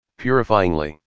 purifyingly